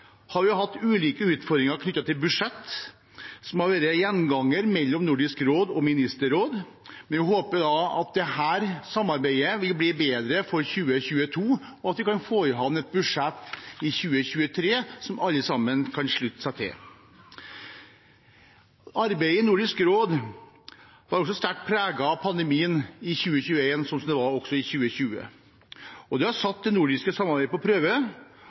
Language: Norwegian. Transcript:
har vi hatt ulike utfordringer knyttet til budsjett. Det har vært en gjenganger mellom Nordisk råd og Nordisk ministerråd. Jeg håper at dette samarbeidet vil bli bedre i 2022, og at vi kan få i havn et budsjett i 2023 som alle sammen kan slutte seg til. Arbeidet i Nordisk råd var også sterkt preget av pandemien i 2021, som det også var i 2020. Det har satt det nordiske samarbeidet på prøve,